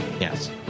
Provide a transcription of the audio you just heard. yes